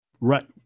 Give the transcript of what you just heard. Right